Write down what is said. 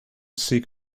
seek